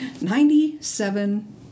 Ninety-seven